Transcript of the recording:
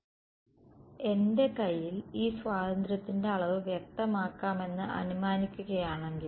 അതിനാൽ എന്റെ കൈയിൽ ഈ സ്വാതന്ത്ര്യത്തിന്റെ അളവ് വ്യക്തമാക്കാമെന്ന് അനുമാനിക്കുകയാണെങ്കിൽ